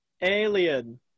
Alien